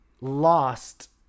lost